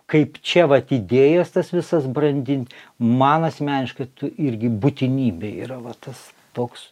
kaip čia vat idėjas tas visas brandint man asmeniškai irgi būtinybė yra va tas toks